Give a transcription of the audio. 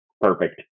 perfect